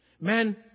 Men